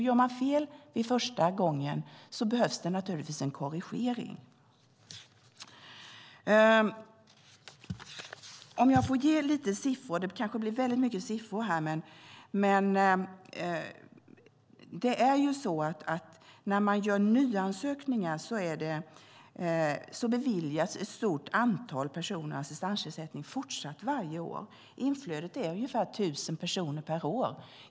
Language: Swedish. Blir det fel första gången behövs det naturligtvis en korrigering. Låt mig få ge några siffror - det kan bli många siffror. Ett stort antal personer som lämnar in nyansökningar beviljas assistansersättning varje år. Inflödet är ungefär tusen personer per år.